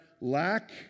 lack